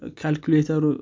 Calculator